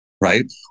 right